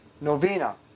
novena